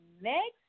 next